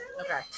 Okay